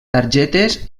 targetes